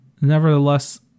Nevertheless